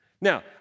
Now